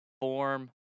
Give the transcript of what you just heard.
form